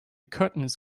curtains